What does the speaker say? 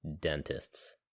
dentists